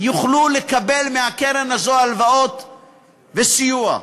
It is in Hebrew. יוכלו לקבל מהקרן הזאת הלוואות וסיוע.